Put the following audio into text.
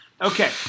Okay